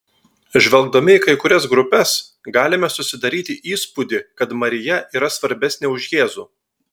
žvelgdami į kai kurias grupes galime susidaryti įspūdį kad marija yra svarbesnė už jėzų